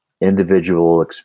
individual